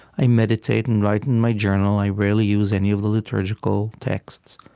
i meditate and write in my journal. i rarely use any of the liturgical texts.